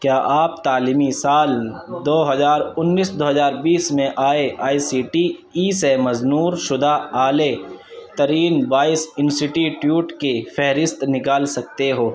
کیا آپ تعلیمی سال دو ہزار انیس دو ہزار بیس میں A I C T E سے منظور شدہ اعلے ترین بائیس انسٹیٹیوٹ کی فہرست نکال سکتے ہو